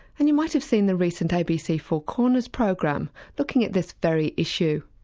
and you might have seen the recent abc four corners program looking at this very issue.